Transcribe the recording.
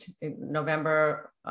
November